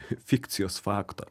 fikcijos fakto